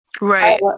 Right